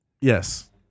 Yes